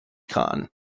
khan